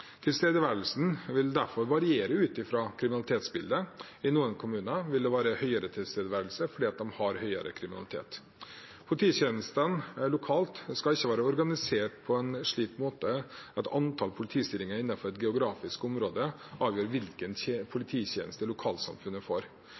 Tilstedeværelsen vil derfor variere ut fra kriminalitetsbildet. I noen kommuner vil det være mer tilstedeværelse fordi de har mer kriminalitet. Polititjenestene lokalt skal ikke være organisert på en slik måte at antallet politistillinger innenfor et geografisk området avgjør hvilken